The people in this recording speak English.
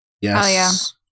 yes